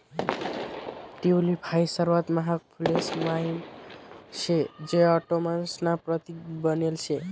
tulip हाई सर्वात महाग फुलेस म्हाईन शे जे ऑटोमन्स ना प्रतीक बनेल शे